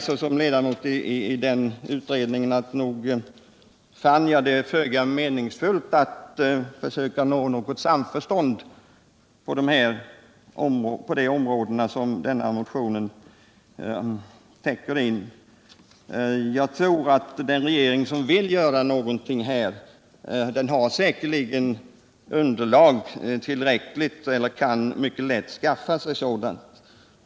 Som ledamot i den utredningen kan jag säga att jag fann det föga meningsfullt att försöka nå samförstånd på de områden som motionen tar upp. Jag tror att den regering som vill göra någonting här säkerligen har tillräckligt underlag, eller kan skaffa sig sådant.